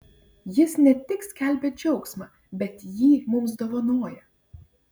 jis ne tik skelbia džiaugsmą bet jį mums dovanoja